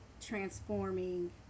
transforming